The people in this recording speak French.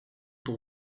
pour